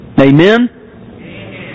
Amen